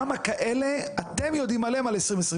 כמה אתם יודעים על כאלה ב-2022?